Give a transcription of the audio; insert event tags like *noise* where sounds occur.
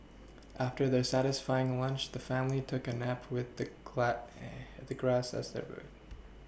after their satisfying lunch the family took a nap with the *unintelligible* the grass as their bread